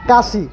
Kashi